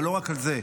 אבל לא רק על זה.